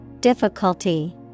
Difficulty